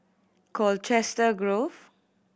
Colchester Grove